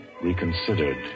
reconsidered